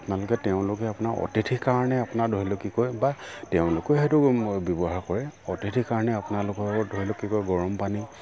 আপোনালোকে তেওঁলোকে আপোনাৰ অতিথিৰ কাৰণে আপোনাৰ ধৰি লওক কি কয় বা তেওঁলোকেও সেইটো ব্যৱহাৰ কৰে অতিথিৰ কাৰণে আপোনালোকৰ ধৰি লওক কি কয় গৰম পানী